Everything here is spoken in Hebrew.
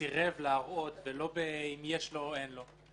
"סירב להראות" ולא אם יש לו או אין לו.